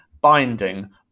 binding